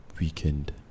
weekend